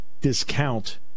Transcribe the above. discount